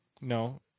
No